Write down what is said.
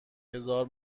هزار